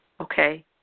okay